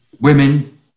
women